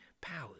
powers